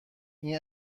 این